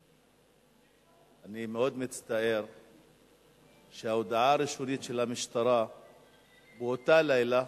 אני מאוד מצטער שההודעה הראשונית של המשטרה באותו לילה,